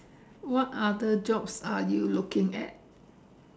what other jobs are you looking at